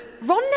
Ron